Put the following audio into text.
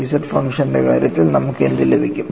Z ഫംഗ്ഷന്റെ കാര്യത്തിൽ നമുക്ക് എന്ത് ലഭിക്കും